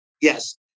Yes